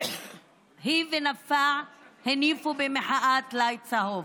היא ונפאע הניפו במחאה טלאי צהוב.